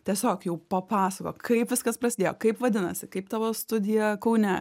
tiesiog jau papasakok kaip viskas prasidėjo kaip vadinasi kaip tavo studija kaune